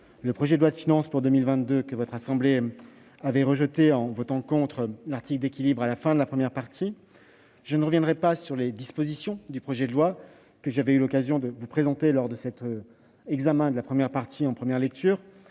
le projet de loi de finances (PLF) pour 2022, que votre assemblée avait rejeté en votant contre l'article d'équilibre à la fin de l'examen de la première partie du texte. Je ne reviendrai pas sur les dispositions du projet de loi que j'avais eu l'occasion de vous présenter lors de l'examen en première lecture.